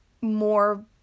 more